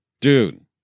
dude